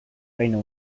reino